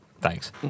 thanks